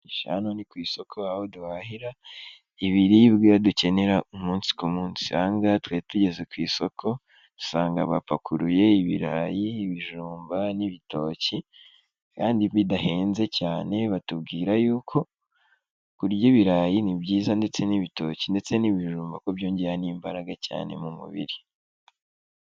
Sha hano ni ku isoko aho duhahira ibiribwa ibyo dukenera umunsi ku munsi. Aha ngaha twari tugeze ku isoko dusanga bapakuruye ibirayi, ibijumba n'ibitoki, kandi bidahenze cyane; batubwira yuko kurya ibirayi ni byiza ndetse n'ibitoki ndetse n'ibijumba ko byongeramo n'imbaraga cyane mu mubiri.